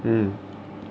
mm